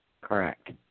Correct